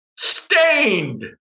Stained